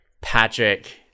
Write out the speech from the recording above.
Patrick